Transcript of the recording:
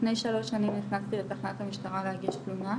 לפני שלוש שנים, נכנסתי לתחנת המשטרה להגיש תלונה.